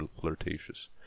flirtatious